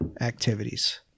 activities